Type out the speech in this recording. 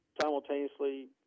simultaneously